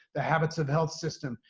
the habits of health system.